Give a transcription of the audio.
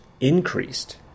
increased